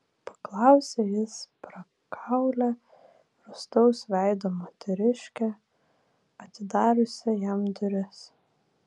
paklausė jis prakaulią rūstaus veido moteriškę atidariusią jam duris